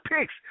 picks